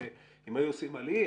אם היו עושים על אי,